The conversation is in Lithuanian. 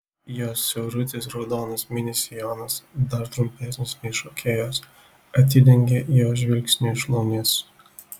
jos siaurutis raudonas mini sijonas dar trumpesnis nei šokėjos atidengia jo žvilgsniui šlaunis